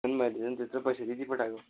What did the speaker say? झन मैले झन त्यत्रो पैसा दिई दिई पठाएको